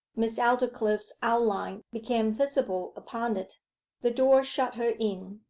miss aldclyffe's outline became visible upon it the door shut her in,